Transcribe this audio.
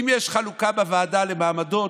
אם יש חלוקה בוועדה למעמדות,